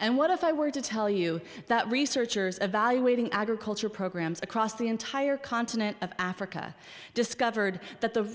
and what if i were to tell you that researchers evaluating agricultural programs across the entire continent of africa discovered that the